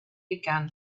began